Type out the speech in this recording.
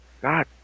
God